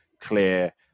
clear